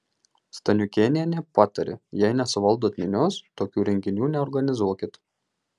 staniukėnienė patarė jei nesuvaldot minios tokių renginių neorganizuokit